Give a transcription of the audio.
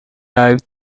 dive